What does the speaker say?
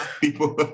People